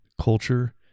culture